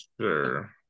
Sure